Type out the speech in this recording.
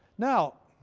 now,